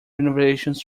renovations